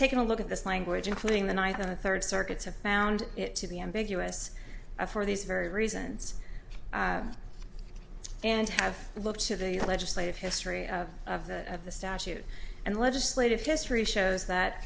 taken a look at this language including the night of the third circuit's have found it to be ambiguous for these very reasons and have looked to the legislative history of the of the statute and legislative history shows that